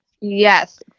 yes